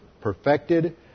perfected